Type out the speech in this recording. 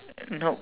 nope